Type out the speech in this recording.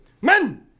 Men